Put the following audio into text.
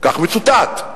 כך מצוטט: